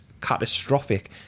catastrophic